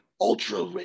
Ultra